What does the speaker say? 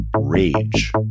Rage